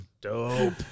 Dope